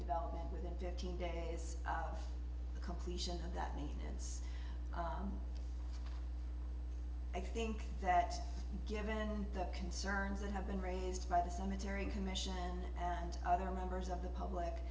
development within fifteen days of the completion of that me and so i think that given the concerns that have been raised by the cemetery commission and other members of the public